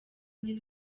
undi